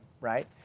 right